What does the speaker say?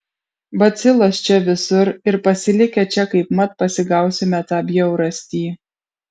bacilos čia visur ir pasilikę čia kaip mat pasigausime tą bjaurastį